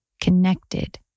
connected